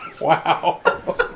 Wow